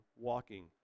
walking